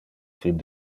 fin